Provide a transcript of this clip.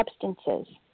substances